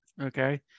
okay